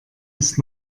ist